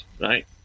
right